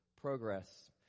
Progress